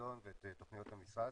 החזון ואת תוכניות המשרד.